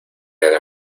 haga